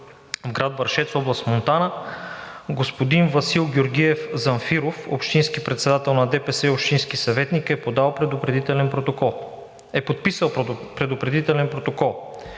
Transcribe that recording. В град Вършец, област Монтана, господин Васил Георгиев Замфиров – общински председател на ДПС и общински съветник, е подписал предупредителен протокол. С намерението да проучим